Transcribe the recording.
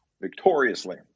victoriously